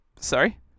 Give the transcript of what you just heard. Sorry